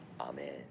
Amen